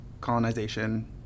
colonization